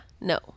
No